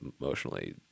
emotionally